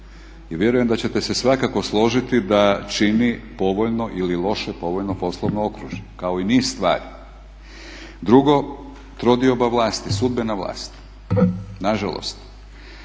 i vjerujem da ćete svakako složiti da čini povoljno ili loše povoljno poslovno okružje, kao i niz stvari. Drugo, trodioba vlast, sudbena vlast. Nažalost